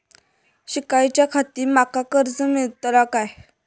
शिकाच्याखाती माका कर्ज मेलतळा काय?